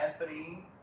Anthony